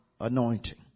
anointing